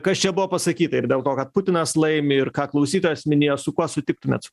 kas čia buvo pasakyta ir dėl to kad putinas laimi ir ką klausytojas minėjo su kuo sutiktumėt